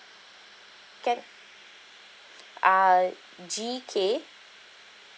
can R G K